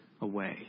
away